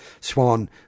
Swan